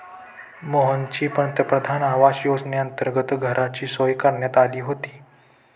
मोहनची पंतप्रधान आवास योजनेअंतर्गत घराची सोय करण्यात आली होती